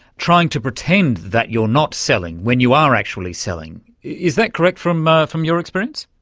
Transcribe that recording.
trying to pretend that you're not selling when you are actually selling. is that correct from ah from your experience?